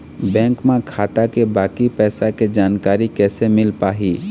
Bank म खाता के बाकी पैसा के जानकारी कैसे मिल पाही?